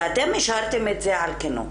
ואתם השארתם את זה על כנו,